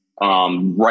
right